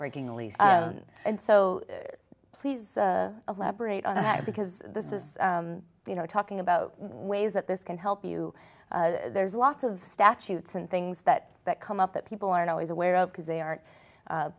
breaking a lease and so please elaborate on that because this is you know talking about ways that this can help you there's lots of statutes and things that that come up that people aren't always aware of because they aren't